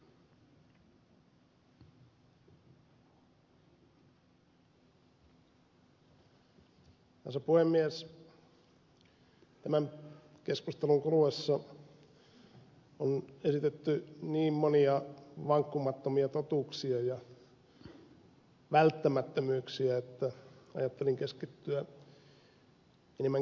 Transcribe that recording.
tämän keskustelun kuluessa on esitetty niin monia vankkumattomia totuuksia ja välttämättömyyksiä että ajattelin keskittyä enemmän kysymysten esittämiseen